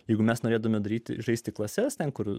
jeigu mes norėtumėme daryti žaisti klases ten kur